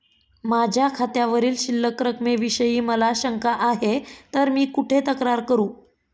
माझ्या खात्यावरील शिल्लक रकमेविषयी मला शंका आहे तर मी कुठे तक्रार करू?